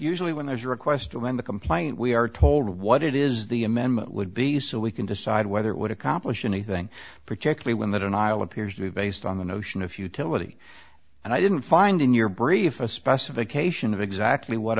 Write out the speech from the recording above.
usually when there's a request or when the complaint we are told what it is the amendment would be so we can decide whether it would accomplish anything particularly when that and i'll appears to be based on the notion of futility and i didn't find in your brief a specification of exactly what